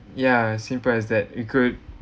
ya same price that you could